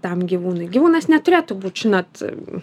tam gyvūnui gyvūnas neturėtų būt žinot